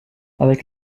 avec